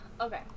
Okay